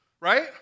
Right